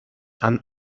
and